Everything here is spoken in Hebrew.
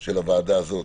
של הוועדה הזאת,